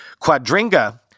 Quadringa